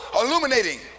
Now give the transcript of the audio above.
illuminating